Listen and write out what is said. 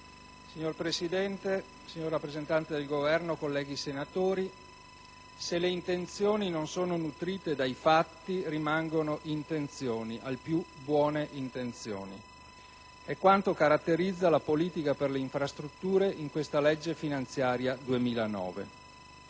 Signor Presidente, signor rappresentante del Governo, colleghi senatori, se le intenzioni non sono nutrite dai fatti, rimangono intenzioni, al più buone intenzioni. È quanto caratterizza la politica per le infrastrutture contenuta in questo disegno di legge finanziaria per